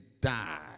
die